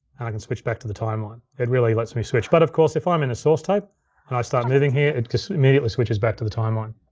and i can switch back to the timeline. it really lets me switch. but of course, if i'm in a source tape and i start moving here, it immediately switches back to the timeline.